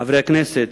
חברי הכנסת,